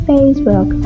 Facebook